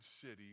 city